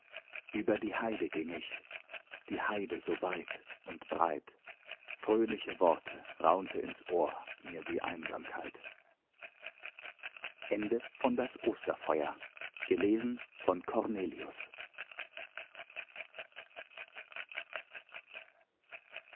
über die heide ging ich die heide so weit und breit fröhliche worte raunte ins ohr mir die einsamkeit